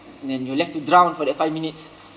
then you're left to drown for that five minutes